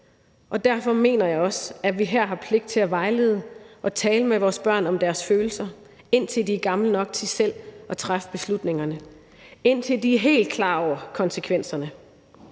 Derfor mener jeg også, at vi her har pligt til at vejlede og tale med vores børn om deres følelser, indtil de er gamle nok til selv at træffe beslutningerne, indtil de er helt klar over konsekvenserne.